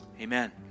Amen